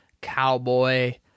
cowboy